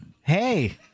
Hey